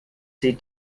sie